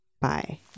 bye